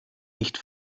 nicht